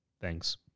Thanks